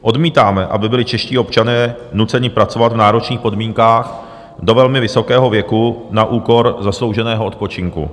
Odmítáme, aby byli čeští občané nuceni pracovat v náročných podmínkách do velmi vysokého věku na úkor zaslouženého odpočinku.